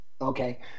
okay